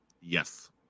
Yes